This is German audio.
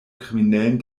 kriminellen